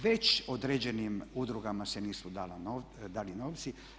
Već određenim udrugama se nisu dali novci.